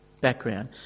background